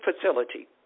facility